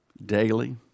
daily